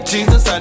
Jesus